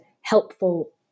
helpful